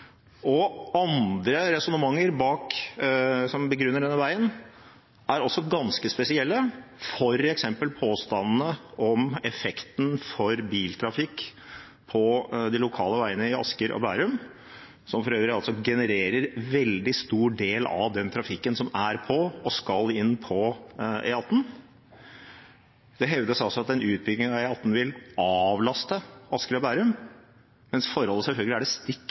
overdrevet. Andre resonnementer som begrunner denne veien, er også ganske spesielle, f.eks. påstandene om effekten for biltrafikk på de lokale veiene i Asker og Bærum, som for øvrig genererer en veldig stor del av den trafikken som er på, og skal inn på, E18. Det hevdes at en utbygging av E18 vil avlaste Asker og Bærum, men forholdet er selvfølgelig det stikk